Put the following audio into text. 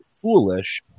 foolish